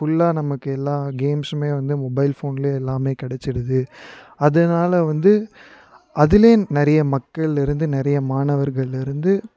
ஃபுல்லாக நமக்கு எல்லாம் கேம்ஸும் வந்து மொபைல் ஃபோன்லேயே எல்லாம் கெடைச்சிடுது அதனால வந்து அதுலேயே நிறைய மக்கள்லேருந்து நிறைய மாணவர்கள்லேருந்து